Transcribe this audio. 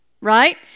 Right